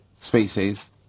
species